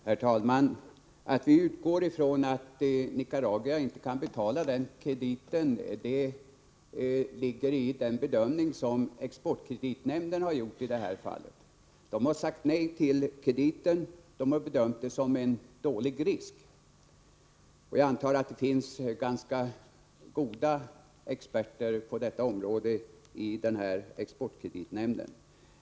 Herr talman! Att vi utgår från att Nicaragua inte kan återbetala krediten följer av den bedömning som exportkreditnämnden har gjort. Nämnden har sagt nej till krediten och bedömt den såsom en stor risk. Jag antar att det inom exportkreditnämnden finns ganska goda experter på detta område.